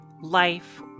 Life